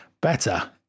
better